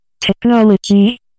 technology